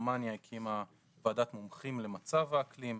גרמניה הקימה ועדת מומחים למצב האקלים.